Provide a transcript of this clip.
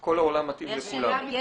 כל העולם מתאים לכולם.